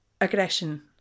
aggression